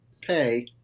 pay